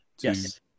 yes